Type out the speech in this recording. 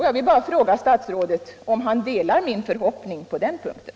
Jag vill bara fråga statsrådet om han delar min förhoppning på den punkten.